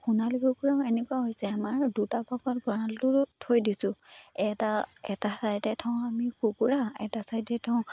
সোণালী কুকুৰাও এনেকুৱা হৈছে আমাৰ দুটা ভাগত গড়ালটো থৈ দিছোঁ এটা এটা ছাইডে থওঁ আমি কুকুৰা এটা ছাইডে থওঁ